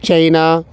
China